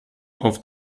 auf